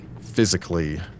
physically